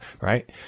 right